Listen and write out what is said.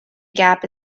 gap